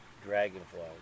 dragonflies